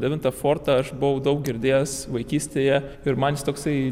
apie devintą fortą aš buvau daug girdėjęs vaikystėje ir man jis toksai